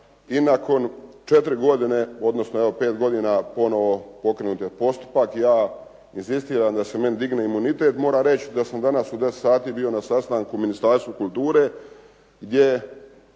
I nakon četiri godine odnosno evo pet godina ponovo pokrenut je postupak. Ja inzistiram da se meni digne imunitet. Moram reći da sam danas u 10 sati bio na sastanku u Ministarstvu kulture gdje